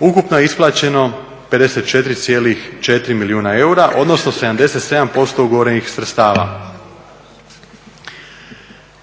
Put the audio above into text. Ukupno je isplaćeno 54,4 milijuna eura odnosno 77% ugovorenih sredstava.